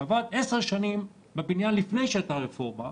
עבד בבניין עשר שנים לפני שהייתה רפורמה,